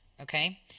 Okay